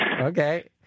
Okay